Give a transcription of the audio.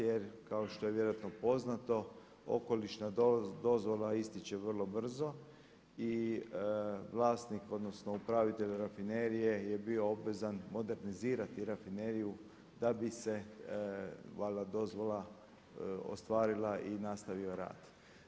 Jer kao što je vjerojatno poznato okolišna dozvola ističe vrlo brzo i vlasnik odnosno upravitelj rafinerije je bio obvezan modernizirati rafineriju da bi se valjda dozvola ostvarila i nastavio rad.